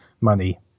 money